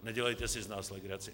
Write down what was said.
Nedělejte si z nás legraci.